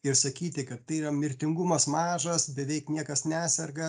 ir sakyti kad tai yra mirtingumas mažas beveik niekas neserga